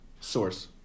Source